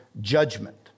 judgment